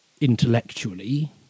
intellectually